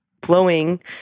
blowing